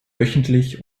wöchentlich